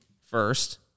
first